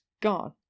gone